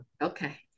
Okay